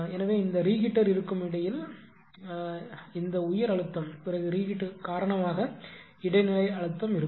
எனவே இந்த ரீஹீட்டர் இருக்கும் இடையில் இந்த உயர் அழுத்தம் பிறகு ரீஹீட்டர் காரணமாக இடைநிலை அழுத்தம் இருக்கும்